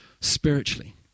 spiritually